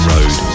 Road